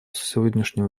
сегодняшнем